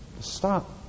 Stop